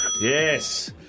Yes